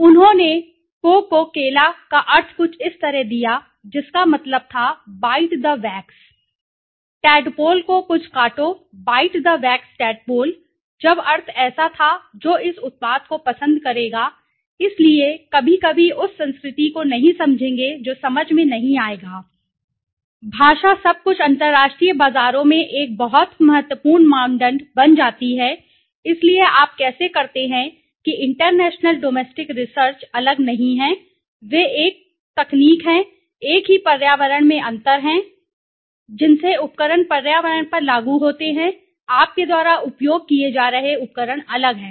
उन्होंने coca cola का अर्थ कुछ इस तरह दिया जिसका मतलब था बाइट द वैक्स टैडपोल को कुछ काटो बाइट द वैक्स टैडपोल जब अर्थ ऐसा था जो इस उत्पाद को पसंद करेगा इसलिए कभी कभी उस संस्कृति को नहीं समझेंगे जो समझ में नहीं आएगा भाषा सब कुछ अंतरराष्ट्रीय बाजारों में एक बहुत बहुत महत्वपूर्ण मानदंड बन जाती है इसलिए आप कैसे करते हैं कि इंटरनेशनल डोमेस्टिक रिसर्च अलग नहीं हैं वे एक ही तकनीक हैं एक ही पर्यावरण में अंतर हैं जिनसे उपकरण पर्यावरण पर लागू होते हैं आपके द्वारा उपयोग किए जा रहे उपकरण अलग हैं